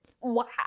Wow